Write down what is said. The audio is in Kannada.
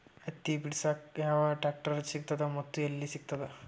ಹತ್ತಿ ಬಿಡಸಕ್ ಯಾವ ಟ್ರಾಕ್ಟರ್ ಸಿಗತದ ಮತ್ತು ಎಲ್ಲಿ ಸಿಗತದ?